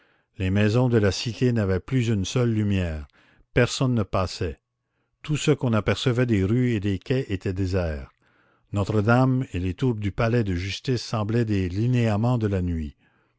les maisons de la cité n'avaient plus une seule lumière personne ne passait tout ce qu'on apercevait des rues et des quais était désert notre-dame et les tours du palais de justice semblaient des linéaments de la nuit